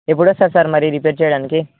ఎప్పుడు వస్తారు సార్ మరి రీపెర్ చేయడానికి